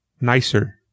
nicer